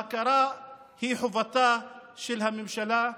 ההכרה היא חובתה של הממשלה.